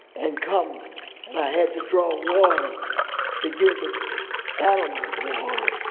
and come. and i had to draw water to give the animals water.